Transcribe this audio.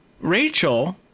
Rachel